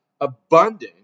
abundant